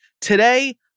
Today